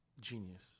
genius